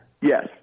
Yes